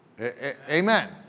Amen